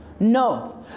No